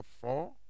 four